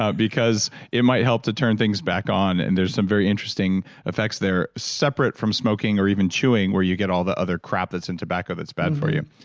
ah because it might help to turn things back on. and there's some very interesting effects there separate from smoking or even chewing where you get all the other crap that's in tobacco that's bad for you.